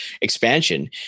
expansion